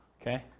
Okay